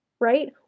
right